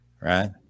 Right